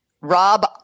Rob